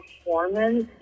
performance